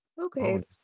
okay